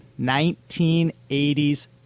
1980s